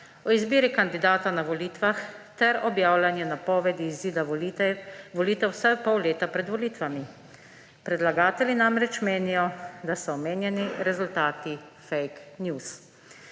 o izbiri kandidata na volitvah ter objavljanja napovedi izida volitev vsaj pol leta pred volitvami. Predlagatelji namreč menijo, da so omenjeni rezultati fejk njus.